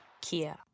Kia